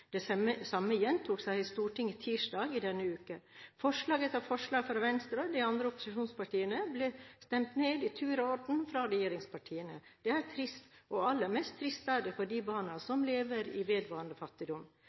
Det samme gjentok seg i Stortinget tirsdag i denne uken. Forslag etter forslag fra Venstre og de andre opposisjonspartiene ble stemt ned i tur og orden av regjeringspartiene. Det er trist, og aller mest trist er det for de barna som lever i vedvarende fattigdom.